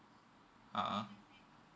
a'ah